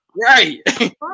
right